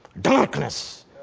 darkness